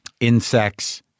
Insects